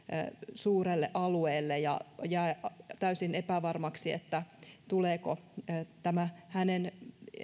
suurelle alueelle ja jää täysin epävarmaksi tuleeko tämä hänen